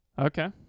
Okay